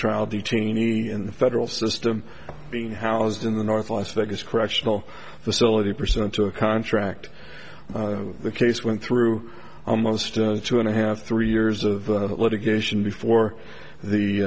trial detainee in the federal system being housed in the north las vegas correctional facility percent to a contract the case went through almost two and a half three years of litigation before the